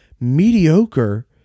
mediocre